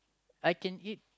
I can eat